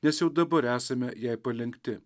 nes jau dabar esame jai palenkti